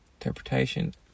interpretation